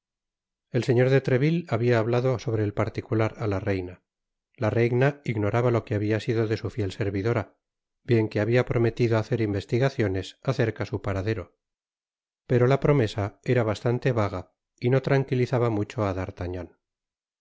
el señor de treville habia hablado sobre el particular á la reina la reina ignoraba lo que habia sido de su fiel servidora bien que habia prometido hacer investigaciones acerca su paradero pero la promesa era bastante vaga y no tranquilizaba mucho á d'artagnan